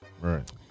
right